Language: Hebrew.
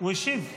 הוא השיב.